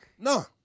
No